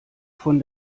von